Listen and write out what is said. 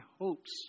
hopes